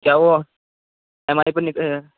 کیا وہ E M I per